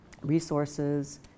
resources